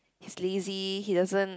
he's lazy he doesn't